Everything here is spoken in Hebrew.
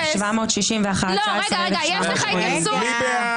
19,761 עד 19,780. מי בעד?